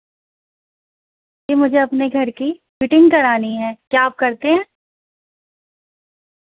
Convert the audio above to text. جی مجھے اپنے گھر کی مٹنگ کرانی ہے کیا آپ کرتے ہیں